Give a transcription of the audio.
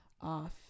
off